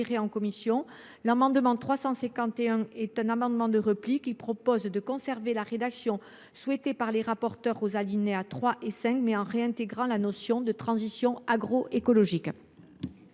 en commission. L’amendement n° 351 rectifié est un amendement de repli, qui vise à conserver la rédaction souhaitée par les rapporteurs aux alinéas 3 et 5, mais en réintégrant la notion de transition agroécologique.